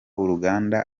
uruganda